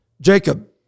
Jacob